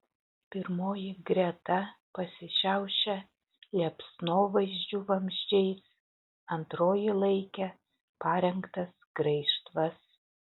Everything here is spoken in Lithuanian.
pirmoji greta pasišiaušė liepsnosvaidžių vamzdžiais antroji laikė parengtas graižtvas